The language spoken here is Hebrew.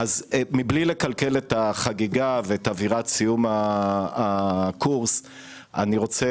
אז מבלי לקלקל את החגיגה ואת אווירת סיום הקורס אני רוצה